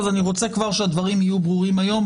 אז אני רוצה שהדברים יהיו ברורים כבר היום,